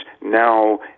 now